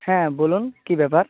হ্যাঁ বলুন কী ব্যাপার